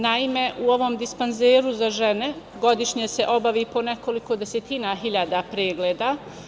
Naime, u ovom dispanzeru za žene godišnje se obavi po nekoliko desetina hiljada pregleda.